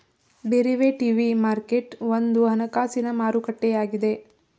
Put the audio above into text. derivative market ಒಂದು ಹಣಕಾಸಿನ ಮಾರುಕಟ್ಟೆಯಾಗಿದೆ